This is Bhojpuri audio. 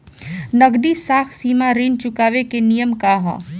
नगदी साख सीमा ऋण चुकावे के नियम का ह?